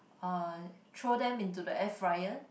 uh throw them into the air fryer